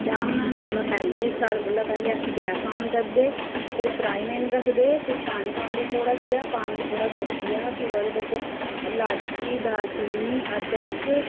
चाह् बनाने कोला पैह्लें सारें कोला पैह्लें अस गैस ऑन करदे फिर फ्राईबीन रखदे फिर पानी पांदे थोह्ड़ा पानी थोह्ड़ा ओह्दे च गड़की जा भी पानी ओह्दे च लाची दालचीनी अदरक